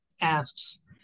asks